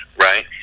Right